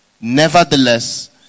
nevertheless